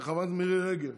חברת הכנסת מירי רגב,